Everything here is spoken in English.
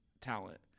talent